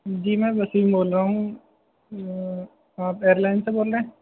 جی میں وسیم بول رہا ہوں آپ ایئرلائن سے بول رہے ہیں